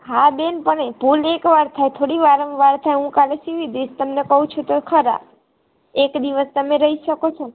હા બેન પણ ભૂલ એક વાર થાય થોડી વારંવાર થાય હું કાલે સીવી દઈસ તમને કહું છું તો ખારા એક દિવસ તમે રહી શકો છો ને